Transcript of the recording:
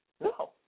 No